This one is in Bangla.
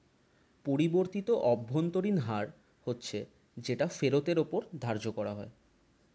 পরিবর্তিত অভ্যন্তরীণ হার হচ্ছে যেটা ফেরতের ওপর ধার্য করা হয়